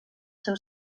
seu